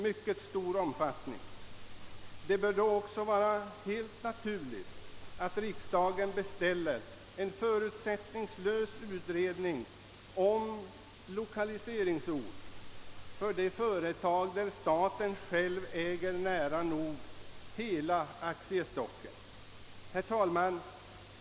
Det bör då också vara helt naturligt att riksdagen beställer en förutsättningslös utredning om lokaliseringsort för företag där staten själv äger nära nog hela aktiestocken. Herr talman!